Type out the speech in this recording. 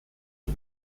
die